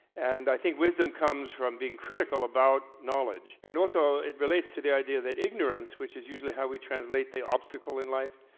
and i think wisdom comes from being critical about knowledge and also it relates to the idea that ignorance, which is usually how we translate the obstacle in life,